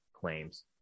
claims